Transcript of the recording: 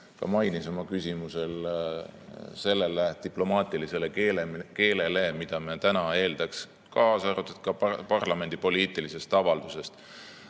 mainis oma küsimuses – sellele diplomaatilisele keelele, mida me täna eeldaks, kaasa arvatud parlamendi poliitilises avalduses.